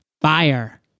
FIRE